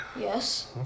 Yes